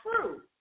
true